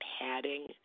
padding